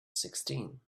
sixteen